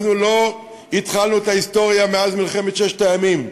אנחנו לא התחלנו את ההיסטוריה מאז מלחמת ששת הימים,